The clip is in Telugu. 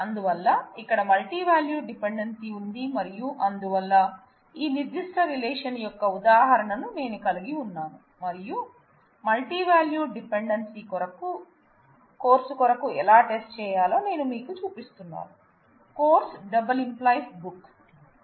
అందువల్ల ఇక్కడ మల్టీవాల్యూడ్ డిపెండెన్సీ ఉంది మరియు అందువల్ల ఈ నిర్ధిష్ట రిలేషన్ యొక్క ఉదాహరణ ను నేను కలిగి ఉన్నాను మరియు మల్టీవాల్యూడ్ డిపెండెన్సీ కోర్సు కొరకు ఎలా టెస్ట్ చేయాలో నేను మీకు చూపిస్తున్నాను course →→ book